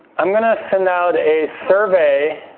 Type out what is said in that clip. i'm gonna send out a survey